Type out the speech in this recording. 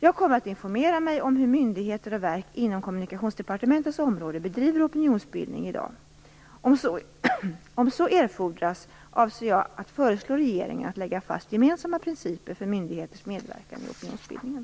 Jag kommer att informera mig om hur myndigheter och verk inom Kommunikationsdepartementets område bedriver opinionsbildning i dag. Om så erfordras avser jag föreslå regeringen att lägga fast gemensamma principer för myndigheters medverkan i opinionsbildningen.